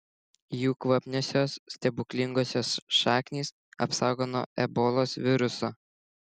jų kvapniosios stebuklingosios šaknys apsaugo nuo ebolos viruso